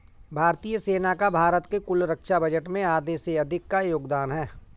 भारतीय सेना का भारत के कुल रक्षा बजट में आधे से अधिक का योगदान है